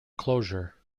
closure